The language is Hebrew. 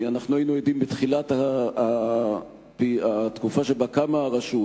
בתחילת התקופה שבה קמה הרשות